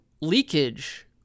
leakage